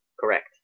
Correct